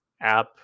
app